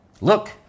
Look